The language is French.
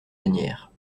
lanière